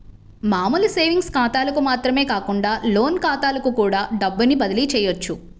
మామూలు సేవింగ్స్ ఖాతాలకు మాత్రమే కాకుండా లోన్ ఖాతాలకు కూడా డబ్బుని బదిలీ చెయ్యొచ్చు